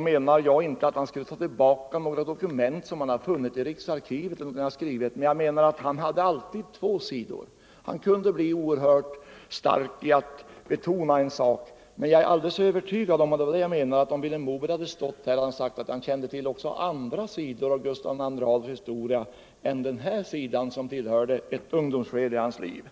menade jag inte att han, om han hade levat, skulle ta tillbaka vad han skrivit på grundval av dokument som han funnit i riksarkivet, men jag menade att han alltid hade två sidor. Vilhelm Moberg kunde bli oerhört stark när han betonade en sak, men jag är alldeles övertygad om att i fall han hade stått här skulle han ha sagt att han kände till också andra sidor av Gustav II Adolfs historia än denna sida, som tillhörde ett ungdomsskede av hans liv.